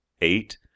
eight